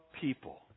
people